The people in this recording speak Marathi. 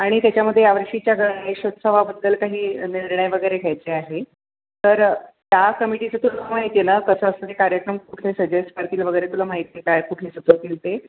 आणि त्याच्यामध्ये यावर्षीच्या गणेशोत्सवाबद्दल काही निर्णय वगैरे घ्यायचे आहे तर त्या कमिटीचं तुला माहिती आहे ना कसं असतं ते कार्यक्रम कुठले सजेस्ट करतील वगैरे तुला माहिती काय कुठले सुचवतील ते